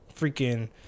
Freaking